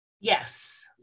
Yes